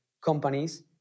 companies